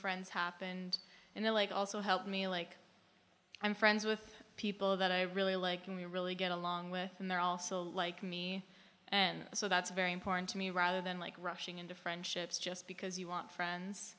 friends happened and the like also helped me like i'm friends with people that i really like and we really get along with and they're also like me and so that's very important to me rather than like rushing into friendships just because you want friends